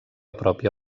pròpia